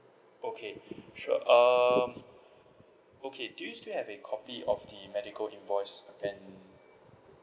okay sure um okay do you still have a copy of the medical invoice then